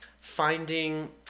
finding